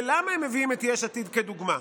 למה הם מביאים את יש עתיד כדוגמה?